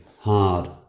hard